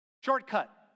Shortcut